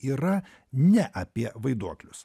yra ne apie vaiduoklius